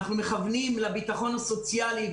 אנחנו מכוונים לביטחון הסוציאלי,